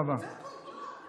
אכן מספיק.)